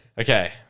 Okay